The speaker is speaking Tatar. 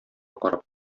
карап